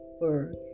Word